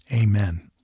Amen